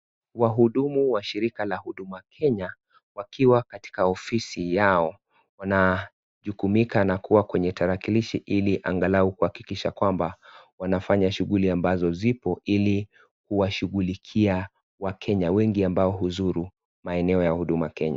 Wahudumu wa shirika la huduma Kenya wakiwa katika ofisi yao. Wanajukumika na kuwa kwenye tarakilishi Ili angalau kuhakikisha kwamba wanafanya shughuli ambazo zipo ili washughulikie wakenya wengi ambao huzuru maeneo ya Huduma Kenya .